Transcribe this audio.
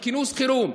בכינוס חירום,